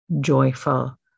joyful